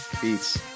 Peace